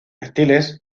reptiles